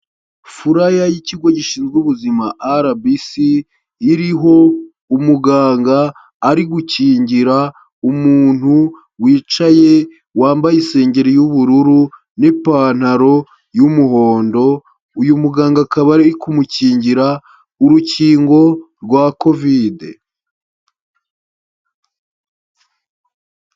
Furaya y'ikigo gishinzwe ubuzima RBC, iriho umuganga ari gukingira umuntu wicaye wambaye isengeri y'ubururu n'ipantaro y'umuhondo, uyu muganga akaba ari kumukingira urukingo rwa Kovide.